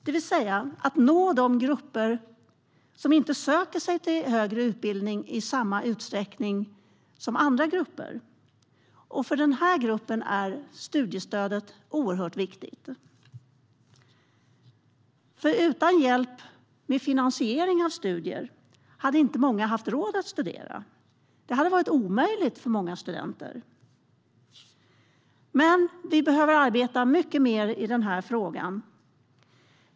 Det handlar om att nå de grupper som inte söker sig till högre utbildning i samma utsträckning som andra grupper. För dessa grupper är studiestödet oerhört viktigt. Utan hjälp med finansiering av studier hade inte många haft råd att studera. Det hade varit omöjligt för många studenter. Men vi behöver arbeta mycket mer med den här frågan.